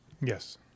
Yes